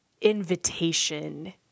invitation